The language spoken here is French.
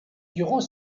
durant